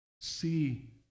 see